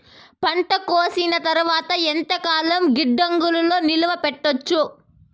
పంట కోసేసిన తర్వాత ఎంతకాలం గిడ్డంగులలో నిలువ పెట్టొచ్చు?